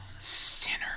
sinner